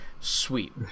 Sweet